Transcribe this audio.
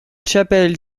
chapelle